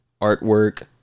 artwork